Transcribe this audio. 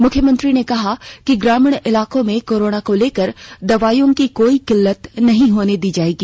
मुख्यमंत्री ने कहा कि ग्रामीण इलाके में कोरोना को लेकर दवाईयों की कोई किल्लत नहीं होने दी जाएगी